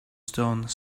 stone